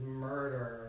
murder